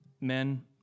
men